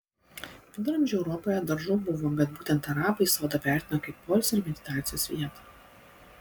viduramžių europoje daržų buvo bet būtent arabai sodą vertino kaip poilsio ir meditacijos vietą